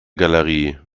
galerie